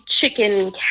chicken